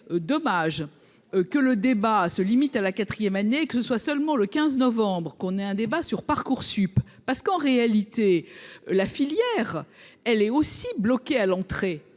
est dommage que le débat se limite à la 4ème année, que ce soit seulement le 15 novembre qu'on ait un débat sur Parcoursup parce qu'en réalité la filière, elle est aussi bloqués à l'entrée,